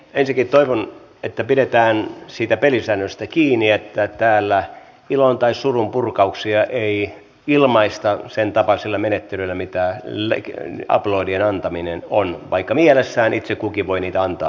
ensinnäkin toivon että pidetään siitä pelisäännöstä kiinni että täällä ilon tai surun purkauksia ei ilmaista sen tapaisilla menettelyillä mitä aplodien antaminen on vaikka mielessään itse kukin voi niitä antaa